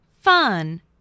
fun